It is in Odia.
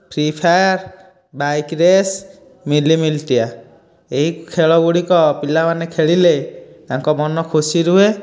ଫ୍ରି ଫାଏର ବାଇକ ରେସ ମିଲି ମିଲତିଆ ଏହି ଖେଳ ଗୁଡ଼ିକ ପିଲାମାନେ ଖେଳିଲେ ତାଙ୍କ ମନ ଖୁସି ରୁହେ